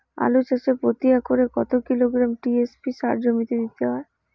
আলু চাষে প্রতি একরে কত কিলোগ্রাম টি.এস.পি সার জমিতে দিতে হয়?